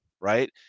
right